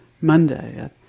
Monday